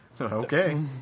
Okay